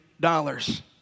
dollars